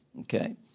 okay